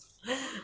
!hey!